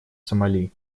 сомали